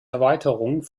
erweiterung